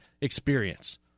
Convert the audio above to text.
experience